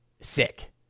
sick